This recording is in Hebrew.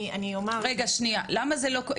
למה זה לא קורה?